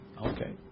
Okay